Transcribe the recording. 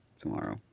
tomorrow